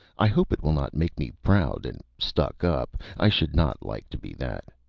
i hope it will not make me proud and stuck-up i should not like to be that.